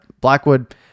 Blackwood